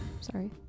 Sorry